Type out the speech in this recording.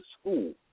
school